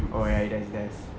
oh ya it does it does